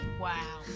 Wow